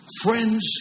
Friends